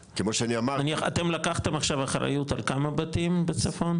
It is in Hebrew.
נניח, אתם לקחתם עכשיו אחריות על כמה בתים בצפון?